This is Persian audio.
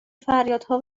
فریادها